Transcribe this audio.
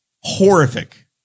Horrific